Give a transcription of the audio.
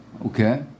Okay